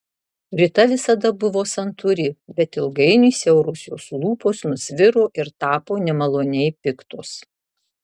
rita visada buvo santūri bet ilgainiui siauros jos lūpos nusviro ir tapo nemaloniai piktos